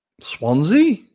Swansea